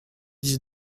dix